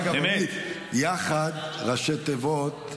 דרך אגב, יח"ד, בראשי תיבות,